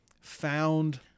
found